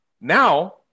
Now